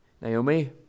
Naomi